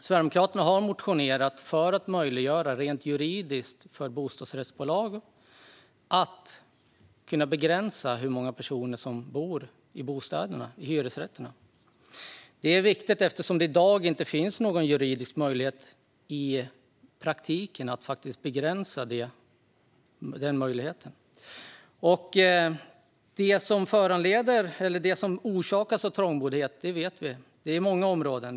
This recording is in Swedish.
Sverigedemokraterna har motionerat för att möjliggöra rent juridiskt för bostadsbolag att kunna begränsa hur många personer som bor i hyresrätterna. Det är viktigt eftersom det i dag inte finns någon juridisk möjlighet i praktiken att faktiskt begränsa den möjligheten. Vi vet vad trångboddhet för med sig, och det handlar om många områden.